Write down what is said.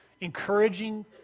encouraging